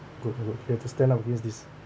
good good you have to stand up against this